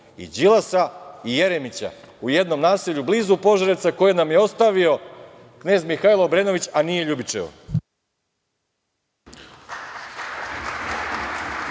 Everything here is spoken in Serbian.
i Đilasa i Jeremića u jednom naselju blizu Požarevca koji nam je ostavio knez Mihajlo Obrenović, a nije Ljubičevo.